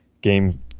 game